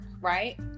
right